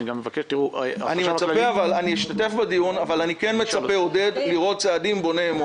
אני אשתתף בדיון אבל אני מצפה לראות צעדים בוני אמון.